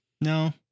No